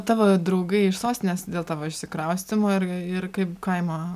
tavo draugai iš sostinės dėl tavo išsikraustymo ir ir kaip kaimo